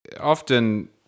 often